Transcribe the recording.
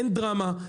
אין דרמה,